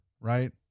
right